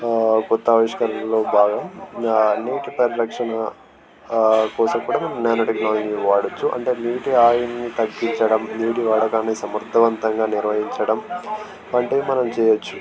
కొత్త ఆవిష్కరణలో భాగం నీటి పరిరక్షణ కోసం కూడా మనం నానో టెక్నాలజీని వాడవచ్చు అంటే నీటి ఆయువుని తగ్గించడం నీటి వాడకాన్ని సమర్థవంతంగా నిర్వహించడం వంటివి మనం చేయవచ్చు